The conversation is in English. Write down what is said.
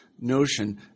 notion